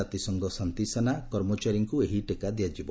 ଜାତିସଂଘ ଶାନ୍ତିସେନା କର୍ମଚାରୀଙ୍କୁ ଏହି ଟିକା ଦିଆଯିବ